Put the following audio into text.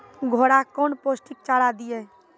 घोड़ा कौन पोस्टिक चारा दिए?